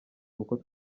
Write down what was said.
kuko